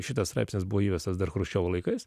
šitas straipsnis buvo įvestas dar chruščiovo laikais